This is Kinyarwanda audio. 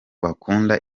bakunda